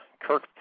Kirk